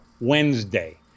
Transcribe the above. Wednesday